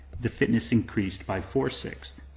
the fitness increased by four six.